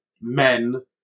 men